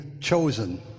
chosen